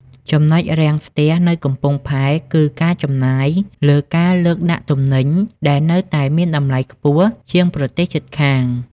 ចំណុចរាំងស្ទះនៅកំពង់ផែ គឺការចំណាយលើការលើកដាក់ទំនិញ ដែលនៅតែមានតម្លៃខ្ពស់ជាងប្រទេសជិតខាង។